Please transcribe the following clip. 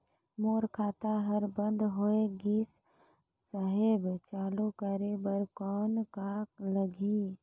मोर खाता हर बंद होय गिस साहेब चालू करे बार कौन का लगही?